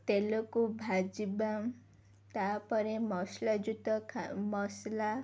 ତେଲକୁ ଭାଜିବା ତାପରେ ମସଲା ଜୁତ ଖା ମସଲା